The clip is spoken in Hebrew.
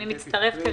אני מצטרפת אליך.